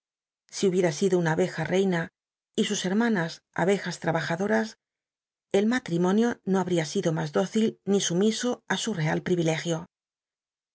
si hubiera sido una abeja reina y sus hermanas abejas trabajadoras el ma tl'imonio no habria sido mas dócil ni sumiso ü su real pririlegio